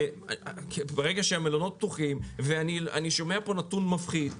ברגע שהמלונות פתוחים אני שומע פה נתון מפחיד: